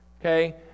Okay